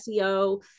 SEO